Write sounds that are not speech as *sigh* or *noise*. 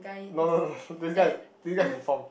no no no no *laughs* this guy this guy is deformed